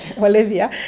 olivia